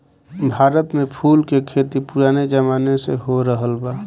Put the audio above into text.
भारत में फूल के खेती पुराने जमाना से होरहल बा